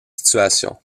situation